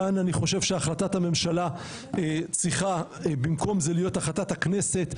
כאן אני חושב שהחלטת הממשלה צריכה במקום זה להיות החלטת הכנסת,